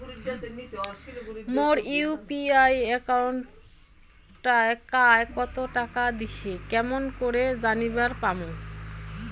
মোর UPI একাউন্টে কায় কতো টাকা দিসে কেমন করে জানিবার পামু?